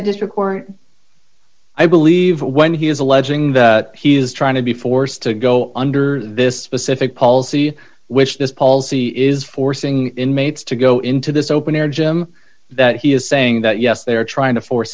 district court i believe when he is alleging that he is trying to be forced to go under this specific policy which this policy is forcing inmates to go into this open air gym that he is saying that yes they are trying to force